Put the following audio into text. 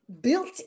built